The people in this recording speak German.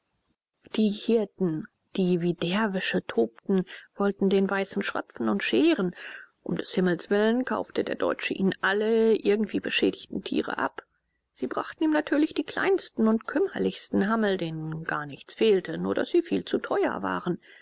die hirten die wie derwische tobten wollten den weißen schröpfen und scheren um des friedens willen kaufte der deutsche ihnen alle irgendwie beschädigten tiere ab sie brachten ihm natürlich die kleinsten und kümmerlichsten hammel denen gar nichts fehlte nur daß sie viel zu teuer waren